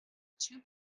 two